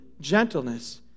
gentleness